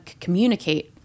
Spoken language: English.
communicate